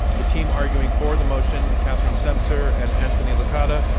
the team arguing for the motion, catherine semcer and anthony licata,